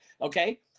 Okay